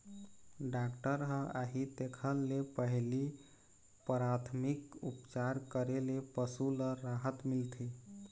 doctor ह आही तेखर ले पहिली पराथमिक उपचार करे ले पशु ल राहत मिलथे